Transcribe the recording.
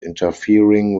interfering